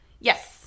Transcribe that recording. yes